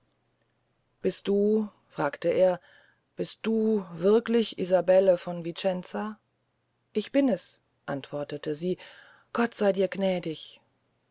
bist du fragt er bist du wirklich isabelle von vicenza ich bin es antwortete sie gott sey dir gnädig